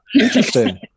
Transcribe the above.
interesting